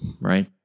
right